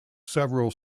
several